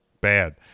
bad